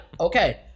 okay